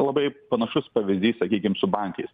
labai panašus pavyzdys sakykim su bankais